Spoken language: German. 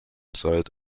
zeit